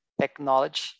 technology